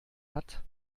hat